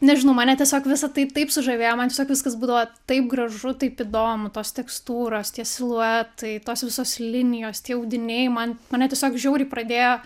nežinau mane tiesiog visa tai taip sužavėjo man tiesiog viskas būdavo taip gražu taip įdomu tos tekstūros tie siluetai tos visos linijos tie audiniai man mane tiesiog žiauriai pradėjo